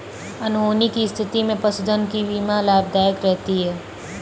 अनहोनी की स्थिति में पशुधन की बीमा लाभदायक रहती है